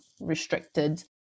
restricted